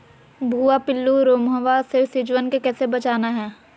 भुवा पिल्लु, रोमहवा से सिजुवन के कैसे बचाना है?